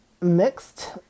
mixed